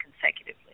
consecutively